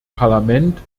parlament